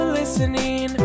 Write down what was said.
listening